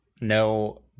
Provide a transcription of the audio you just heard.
No